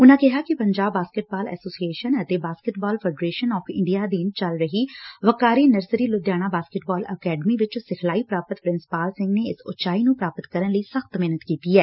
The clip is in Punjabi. ਉਨਾਂ ਕਿਹਾ ਕਿ ਪੰਜਾਬ ਬਾਸਕਿਟਬਾਲ ਐਸੋਸੀਏਸ਼ਨ ਅਤੇ ਬਾਸਕਿਟਬਾਲ ਫ਼ੈਡਰੇਸ਼ਨ ਆਫ਼ ਇੰਡੀਆ ਅਧੀਨ ਚੱਲ ਰਹੀ ਵੱਕਾਰੀ ਨਰਸਰੀ ਲੁਧਿਆਣਾ ਬਾਸਕਿਟਬਾਲ ਅਕੈਡਮੀ ਵਿੱਚ ਸਿਖਲਾਈ ਪ੍ਰਾਪਤ ਪ੍ਰਿੰਸਪਾਲ ਸਿੰਘ ਨੇ ਇਸ ਉਚਾਈ ਨੂੰ ਪ੍ਰਾਪਤ ਕਰਨ ਲਈ ਸਖ਼ਤ ਮਿਹਨਤ ਕੀਤੀ ਐ